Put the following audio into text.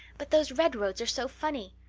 but those red roads are so funny.